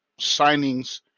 signings